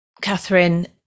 Catherine